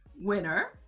winner